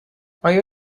آیا